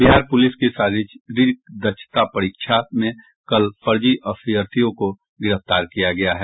Bihar police की शारीरिक दक्षता परीक्षा में कल छह फर्जी अभ्यर्थियों को गिरफ्तार किया गया है